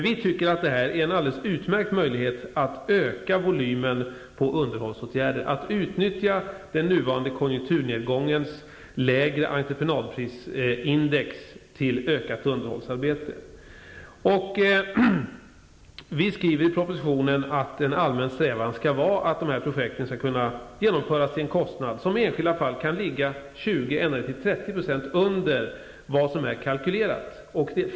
Vi tycker att detta är en alldeles utmärkt möjlighet att öka volymen på underhållsåtgärder genom att utnyttja den nuvarande konkjunkturnedgångens lägre entreprenadprisindex till ökat underhållsarbete. Vi skriver i propositionen att en allmän strävan skall vara att de här projekten skall kunna genomföras till en kostnad som i enskilda fall kan ligga 20 % och ända ner till 30 % under vad som är kalkylerat.